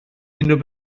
unrhyw